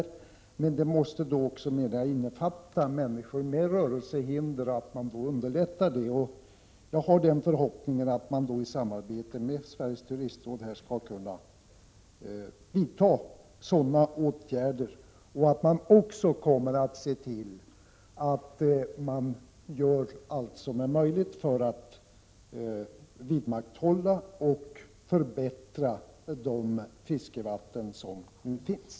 Men jag menar att dessa insatser då också måste innefatta att man underlättar för människor med rörelsehinder. Jag hyser alltså den förhoppningen att man i samarbete med Sveriges Turistråd skall vidta sådana åtgärder och att man också skall göra allt som är möjligt för att vidmakthålla och förbättra de fiskevatten som nu finns.